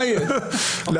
ולא